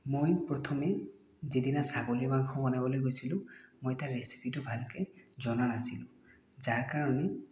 মই প্ৰথমে যিদিনা ছাগলী মাংস বনাবলৈ গৈছিলোঁ মই তাৰ ৰেচিপিটো ভালকৈ জনা নাছিলোঁ যাৰ কাৰণে